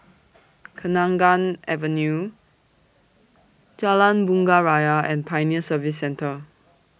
Kenanga Avenue Jalan Bunga Raya and Pioneer Service Centre